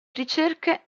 ricerche